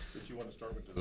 you wanna start with